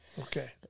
Okay